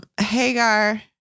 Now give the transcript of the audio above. Hagar